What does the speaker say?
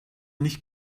nicht